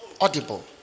Audible